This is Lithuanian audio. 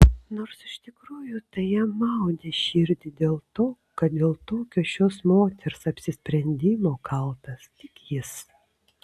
nors iš tikrųjų tai jam maudė širdį dėl to kad dėl tokio šios moters apsisprendimo kaltas tik jis